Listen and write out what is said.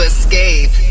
Escape